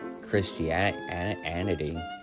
Christianity